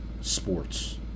sports